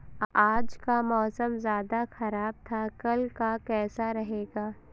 आज का मौसम ज्यादा ख़राब था कल का कैसा रहेगा?